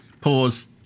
pause